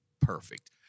perfect